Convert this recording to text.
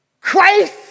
Christ